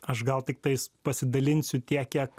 aš gal tiktais pasidalinsiu tiek kiek